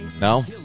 no